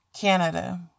Canada